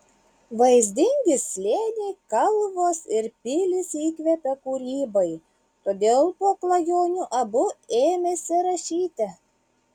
vaizdingi slėniai kalvos ir pilys įkvepia kūrybai todėl po klajonių abu ėmėsi rašyti